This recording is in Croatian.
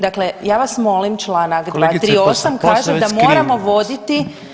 Dakle, ja vas molim članak 238. kaže da moramo voditi